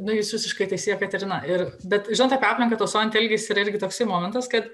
nu jūs visiškai teisi jekaterina ir bet žinot apie aplinką tausojant elgesį yra irgi toks momentas kad